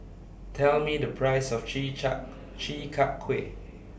Tell Me The Price of Chi Char Chi Kak Kuih